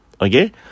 Okay